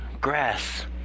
grass